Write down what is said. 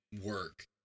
work